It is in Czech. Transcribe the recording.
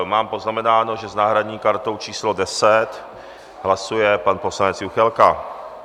Mám poznamenáno, že s náhradní kartou číslo 10 hlasuje pan poslanec Juchelka.